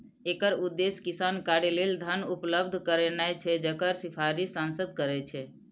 एकर उद्देश्य विकास कार्य लेल धन उपलब्ध करेनाय छै, जकर सिफारिश सांसद करै छै